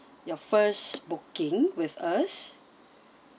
your first booking with us